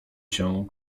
się